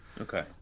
Okay